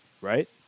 right